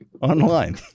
online